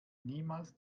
niemals